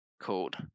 called